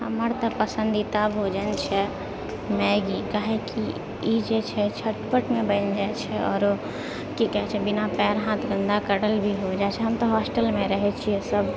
हमर तऽ पसन्दीदा भोजन छै मैगी काहे कि ई जे छै झटपटमे बनि जाइ छै आओरो की कहै छै बिना पैर हाथ गन्दा करल भी होइ जाइ छै हम तऽ होस्टल मे रहै छियै सब